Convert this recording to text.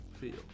feel